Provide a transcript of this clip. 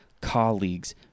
colleagues